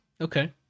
okay